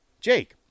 Jake